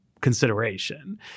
consideration